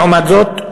לעומת זאת,